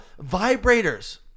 vibrators